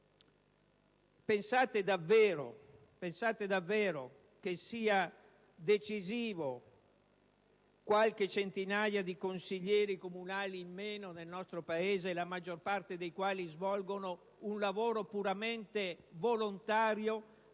Pensate davvero che sia decisiva qualche centinaia di consiglieri comunali in meno nel nostro Paese, la maggior parte dei quali svolgono un lavoro puramente volontario